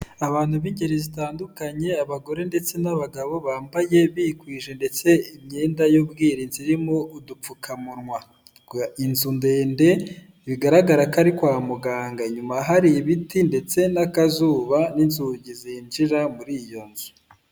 Abantu b'ingeri zitandukanye, abagore ndetse n'abagabo bambaye bikwije ndetse imyenda y'ubwirinzi irimo udupfukamunwa, inzu ndende bigaragara ko ari kwa muganga. Inyuma hari ibiti ndetse n'akazuba n'inzugi zinjira muri iyo nzu.